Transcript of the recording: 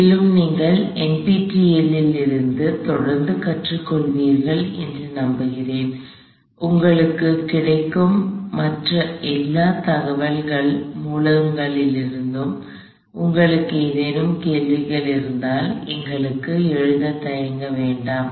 மேலும் நீங்கள் NPTEL இலிருந்து தொடர்ந்து கற்றுக் கொள்வீர்கள் என்று நம்புகிறேன் மற்றும் உங்களுக்குக் கிடைக்கும் மற்ற எல்லா தகவல் மூலங்களிலிருந்தும் உங்களுக்கு ஏதேனும் கேள்விகள் இருந்தால் எங்களுக்கு எழுத தயங்க வேண்டாம்